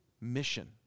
mission